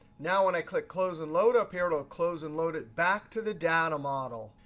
now when i click close and load up here, it'll close and load it back to the data model.